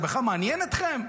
זה בכלל מעניין אתכם?